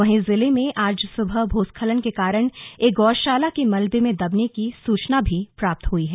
वहीं जिले में आज सुबह भूस्खलन के कारण एक गौशाला के मलबे में दबने की सुचना भी प्राप्त हुई है